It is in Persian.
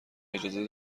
اجازه